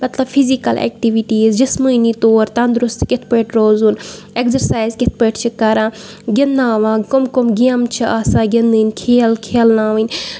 مطلب physical activities جِسمٲنی طور تَندرُست کِتھ پٲٹھۍ روزان ایٚکزرسایز کِتھ پٲٹھۍ چھِ کران گِندناوان کٕمۍ کٕمۍ گیمہٕ آسان گِندٕنۍ کھیل کھیلناوٕنۍ